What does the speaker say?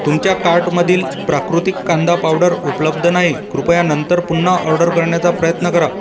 तुमच्या कार्टमधील प्राकृतिक कांदा पावडर उपलब्ध नाही कृपया नंतर पुन्हा ऑर्डर करण्याचा प्रयत्न करा